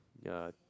ya